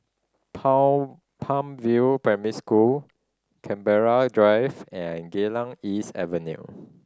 Palm View Primary School Canberra Drive and Geylang East Avenue